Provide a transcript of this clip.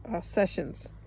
sessions